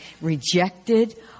rejected